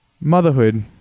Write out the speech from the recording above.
motherhood